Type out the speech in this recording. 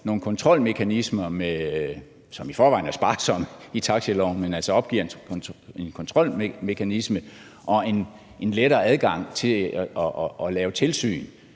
nogle kontrolmekanismer, som i forvejen er sparsomme i taxiloven, altså opgiver en kontrolmekanisme og en lettere adgang til at lave tilsyn.